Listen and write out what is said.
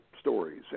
stories